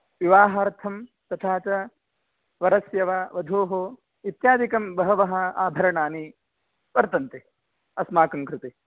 विवाहार्थं तथा च वरस्य वा वधोः इत्यादिकं बहवः आभरणानि वर्तन्ते अस्माकं कृते